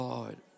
Lord